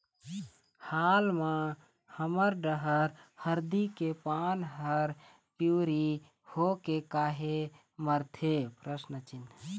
हाल मा हमर डहर हरदी के पान हर पिवरी होके काहे मरथे?